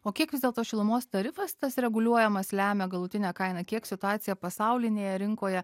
o kiek vis dėlto šilumos tarifas tas reguliuojamas lemia galutinę kainą kiek situacija pasaulinėje rinkoje